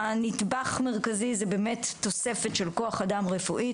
הנדבך המרכזי זה באמת תוספת של כוח אדם רפואי.